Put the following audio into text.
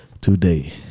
today